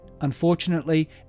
Unfortunately